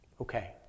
Okay